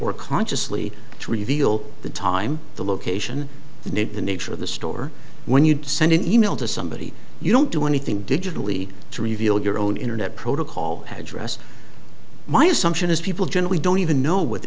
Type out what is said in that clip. or consciously to reveal the time the location the name the nature of the store when you send an email to somebody you don't do anything digitally to reveal your own internet protocol address my assumption is people generally don't even know w